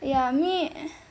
ya me